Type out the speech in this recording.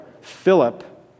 Philip